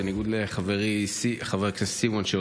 בניגוד לחבר הכנסת סימון מושיאשוילי,